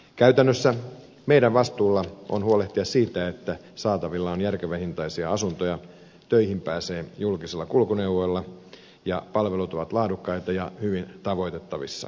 käytännössä meidän vastuullamme on huolehtia siitä että saatavilla on järkevän hintaisia asuntoja töihin pääsee julkisilla kulkuneuvoilla ja palvelut ovat laadukkaita ja hyvin tavoitettavissa